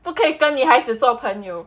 不可以跟女孩子做朋友